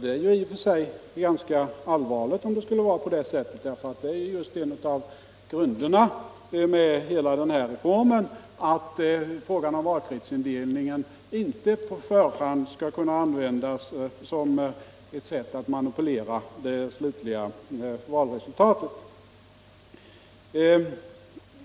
Det är i och för sig ganska allvarligt om det skulle förhålla sig på det sättet, eftersom det ju är en av grundtankarna bakom hela denna reform, att frågan om valkretsindelningen inte på förhand skall kunna användas som ett sätt att manipulera det slutliga valresultatet.